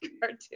cartoon